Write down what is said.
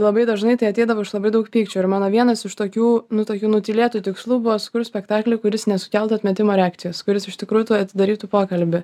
labai dažnai tai ateidavo iš labai daug pykčio ir mano vienas iš tokių nu tokių nutylėtų tikslų buvo spektaklį kuris nesukeltų atmetimo reakcijos kuris iš tikrųjų atidarytų pokalbį